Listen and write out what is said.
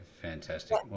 fantastic